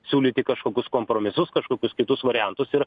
siūlyti kažkokius kompromisus kažkokius kitus variantus ir